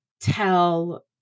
tell